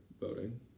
voting